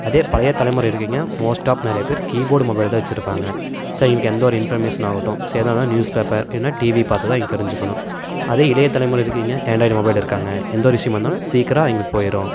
அதே பழையத்தலைமுறை இருக்கீங்க மோஸ்ட் ஆஃப் நிறையா பேர் கீபோர்ட் மொபைல் தான் வச்சுருப்பாங்க சரி அவங்களுக்கு எந்த ஒரு இன்ஃபர்மேஷனாக ஆகட்டும் எதாக இருந்தாலும் நியூஸ்பேப்பர் இல்லைனா டிவி பார்த்துதான் தெரிஞ்சுக்கணும் அதே இளையத்தலைமுறை இருக்கீங்க ஆன்ராய்டு மொபைல் இருக்காங்க எந்த ஒரு விஷயமாக இருந்தாலும் சீக்கிரம் அவங்களுக்கு போய்விடும்